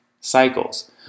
cycles